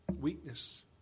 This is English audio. weakness